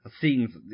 scenes